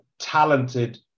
talented